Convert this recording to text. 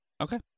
Okay